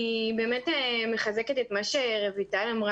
אני באמת מחזקת את דבריה של רויטל.